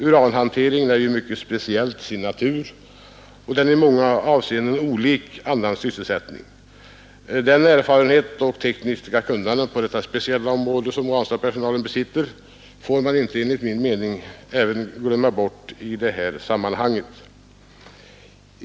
Uranmalmshantering är mycket speciell till sin natur och i många avseenden olik annan sysselsättning. Den erfarenhet och det tekniska kunnande på detta specialområde som Ranstadspersonalen besitter får man enligt min mening inte glömma bort att väga in i detta sammanhang.